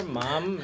mom